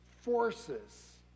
Forces